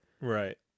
Right